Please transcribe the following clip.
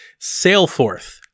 Sailforth